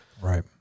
right